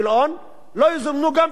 לא יזומנו גם פעילים ערבים.